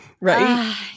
right